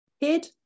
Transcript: kid